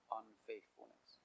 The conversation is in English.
unfaithfulness